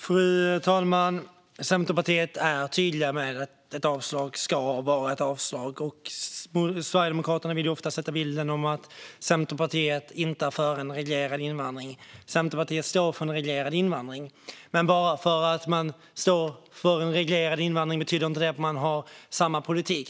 Fru talman! Centerpartiet är tydligt med att ett avslag ska vara ett avslag. Sverigedemokraterna vill ofta förmedla bilden att Centerpartiet inte är för en reglerad invandring. Centerpartiet står för en reglerad invandring. Men att man står för en reglerad invandring betyder inte att man har samma politik.